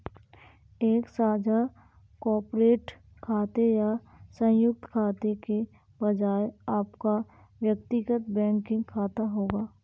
एक साझा कॉर्पोरेट खाते या संयुक्त खाते के बजाय आपका व्यक्तिगत बैंकिंग खाता होगा